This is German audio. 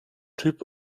typ